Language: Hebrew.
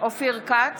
אופיר כץ,